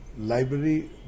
library